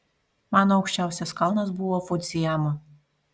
mano aukščiausias kalnas buvo fudzijama